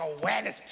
Awareness